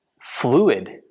fluid